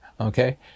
okay